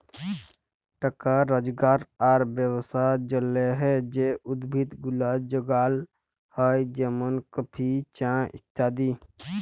টাকা রজগার আর ব্যবসার জলহে যে উদ্ভিদ গুলা যগাল হ্যয় যেমন কফি, চা ইত্যাদি